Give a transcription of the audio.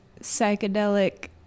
psychedelic